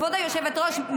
כבוד היושבת-ראש,